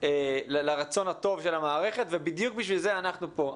לבין הרצון הטוב של המערכת ובדיוק בשביל זה אנחנו פה.